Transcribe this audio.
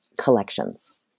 collections